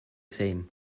same